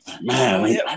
Man